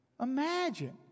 Imagine